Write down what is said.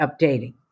updating